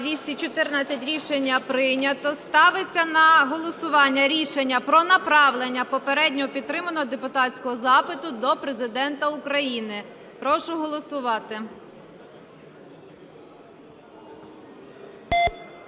За-214 Рішення прийнято. Ставиться на голосування рішення про направлення попередньо підтриманого депутатського запиту до Президента України. Прошу голосувати.